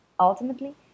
Ultimately